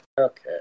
Okay